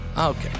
Okay